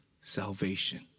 salvation